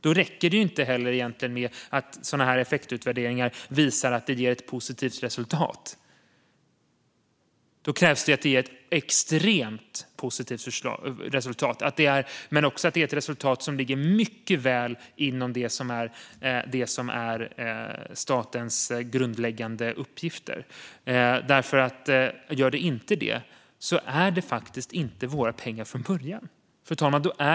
Det räcker inte att effektutvärderingar visar att det ger ett positivt resultat, utan det krävs att resultatet är extremt positivt och att detta ligger helt inom det som är statens grundläggande uppgift. Om det inte gör det är det faktiskt inte våra pengar från början. Fru talman!